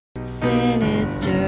Sinister